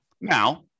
Now